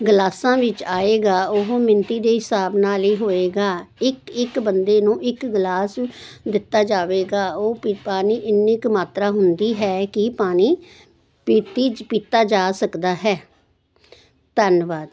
ਗਲਾਸਾਂ ਵਿੱਚ ਆਏਗਾ ਉਹ ਮਿਣਤੀ ਦੇ ਹਿਸਾਬ ਨਾਲ ਹੀ ਹੋਏਗਾ ਇੱਕ ਇੱਕ ਬੰਦੇ ਨੂੰ ਇੱਕ ਗਲਾਸ ਦਿੱਤਾ ਜਾਵੇਗਾ ਉਹ ਪੀ ਪਾਣੀ ਇੰਨੀ ਕੁ ਮਾਤਰਾ ਹੁੰਦੀ ਹੈ ਕਿ ਪਾਣੀ ਪੀਤੀ 'ਚ ਪੀਤਾ ਜਾ ਸਕਦਾ ਹੈ ਧੰਨਵਾਦ